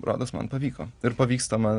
rodos man pavyko ir pavyksta man